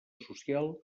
social